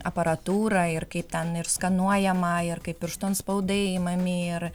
aparatūrą ir kaip ten ir skanuojama ir kaip pirštų atspaudai imami ir